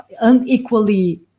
unequally